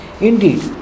indeed